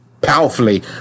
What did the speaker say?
powerfully